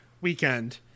weekend